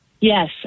Yes